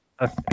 Okay